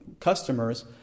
customers